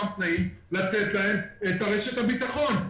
לתת להם את רשת הביטחון.